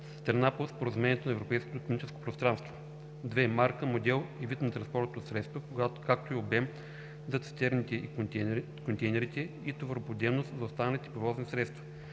страна по Споразумението за Европейското икономическо пространство; 2. марка, модел и вид на превозното средство, както и обем (за цистерните и контейнерите) и товароподемност (за останалите превозни средства);